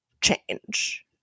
change